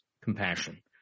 compassion